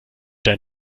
dein